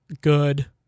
Good